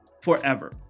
forever